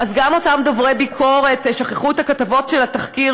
אז גם אותם דוברי ביקורת שכחו את כתבות התחקיר